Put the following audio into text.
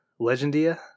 Legendia